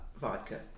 vodka